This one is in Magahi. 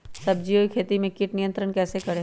सब्जियों की खेती में कीट नियंत्रण कैसे करें?